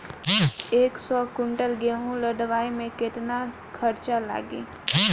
एक सौ कुंटल गेहूं लदवाई में केतना खर्चा लागी?